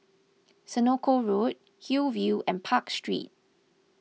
Senoko Road Hillview and Park Street